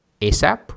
ASAP